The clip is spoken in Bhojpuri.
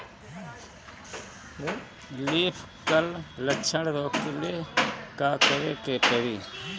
लीफ क्ल लक्षण रोकेला का करे के परी?